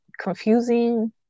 confusing